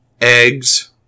Eggs